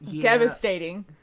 devastating